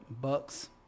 Bucks